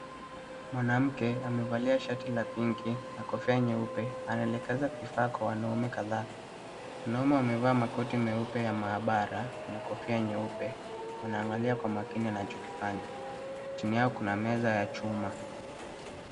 Mwanamke amevalia shati la pinki na kofia nyeupe anaelekeza kifaa kwa wanaume kadhaa. Wanaume wamevaa makoti meupe ya maabara na kofia nyeupe wanaangalia kwa makini anachokifanya. Chini yao kuna meza ya chuma.